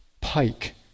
pike